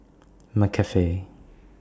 McCafe